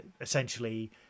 essentially